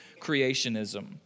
creationism